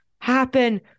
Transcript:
happen